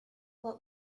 what